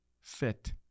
fit